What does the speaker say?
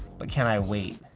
but can i wait?